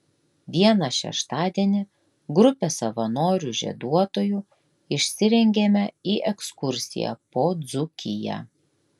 vieną šeštadienį grupė savanorių žieduotojų išsirengėme į ekskursiją po dzūkiją